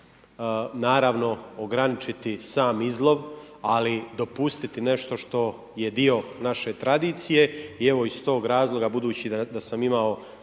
naravno ograničiti sam izlov, ali dopustiti nešto što je dio naše tradicije i evo iz tog razloga budući da sam imao